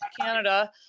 Canada